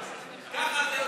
אל תוותרו.